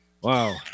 Wow